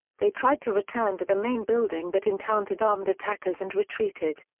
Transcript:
they tried to return to the main building but encountered armed attackers and retreated.